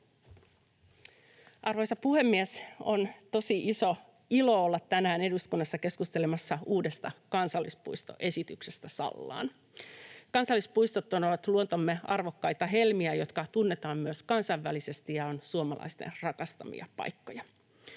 Arvoisa puhemies! On tosi iso ilo olla tänään eduskunnassa keskustelemassa uudesta kansallispuistoesityksestä Sallaan. Kansallispuistothan ovat luontomme arvokkaita helmiä, jotka tunnetaan myös kansainvälisesti ja ovat suomalaisten rakastamia paikkoja.